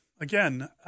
again